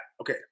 okay